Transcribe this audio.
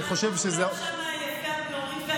אני חושב שזה, מה, לא?